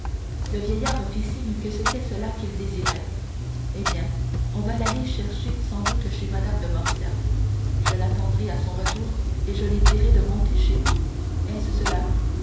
le vieillard fit signe que c'était cela qu'il désirait eh bien on va l'aller chercher sans doute chez mme de morcerf je l'attendrai à son retour et je lui dirai de monter chez vous est-ce cela